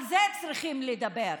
על זה צריכים לדבר,